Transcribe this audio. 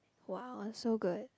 !woah! so good